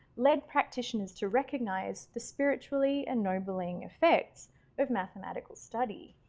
led practitioners to recognize the spiritually ennobling effects of mathematical study.